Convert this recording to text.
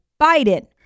Biden